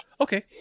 Okay